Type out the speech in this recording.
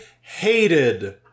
hated